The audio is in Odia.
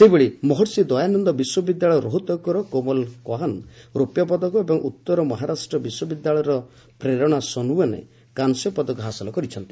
ସେହିଭଳି ମହର୍ଷି ଦୟାନନ୍ଦ ବିଶ୍ୱବିଦ୍ୟାଳୟ ରୋହତକ୍ର କୋମଲ କୋହାନ ରୌପ୍ୟ ପଦକ ଏବଂ ଉତ୍ତର ମହାରାଷ୍ଟ୍ର ବିଶ୍ୱବିଦ୍ୟାଳୟର ପ୍ରେରଣା ସୋନଓ୍ୱାନେ କାଂସ୍ୟ ପଦକ ହାସଲ କରିଛନ୍ତି